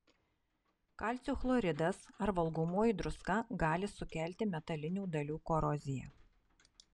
kalcio chloridas ar valgomoji druska gali sukelti metalinių dalių koroziją